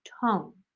tone